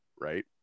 right